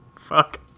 Fuck